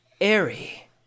airy